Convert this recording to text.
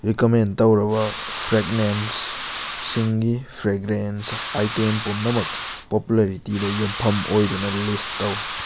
recommend ꯇꯧꯔꯕ frequency ꯁꯤꯡꯒꯤ frequency item ꯄꯨꯝꯅꯃꯛ ꯄꯣꯄꯨꯂꯔꯤꯇꯤꯗ ꯌꯨꯝꯐꯝ ꯑꯣꯏꯗꯨꯅ ꯂꯤꯁ ꯇꯧ